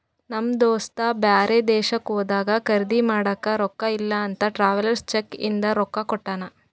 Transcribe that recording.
ನಮ್ ದೋಸ್ತ ಬ್ಯಾರೆ ದೇಶಕ್ಕ ಹೋದಾಗ ಖರ್ದಿ ಮಾಡಾಕ ರೊಕ್ಕಾ ಇಲ್ಲ ಅಂತ ಟ್ರಾವೆಲರ್ಸ್ ಚೆಕ್ ಇಂದ ರೊಕ್ಕಾ ಕೊಟ್ಟಾನ